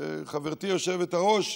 חברתי היושבת-ראש,